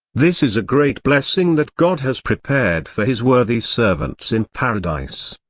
this is a great blessing that god has prepared for his worthy servants in paradise.